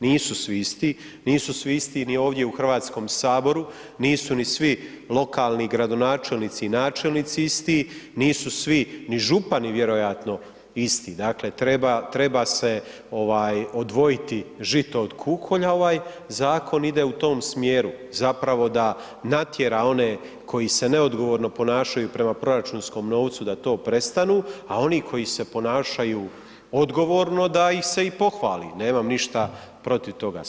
Nisu svi isti, nisu svi isti ni ovdje u Hrvatskom saboru, nisu ni svi lokalni gradonačelnici i načelnici isti, nisu svi ni župani vjerojatno isti, dakle treba se odvojiti žito od kukolja, ovaj zakon ide u tom smjeru, zapravo da natjera one koji se neodgovorno ponašaju prema proračunskom novcu da to prestanu, a oni koji se ponašaju odgovorno, da ih se i pohvali, nemam ništa protiv toga, svakako.